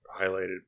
highlighted